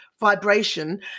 vibration